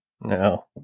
no